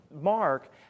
Mark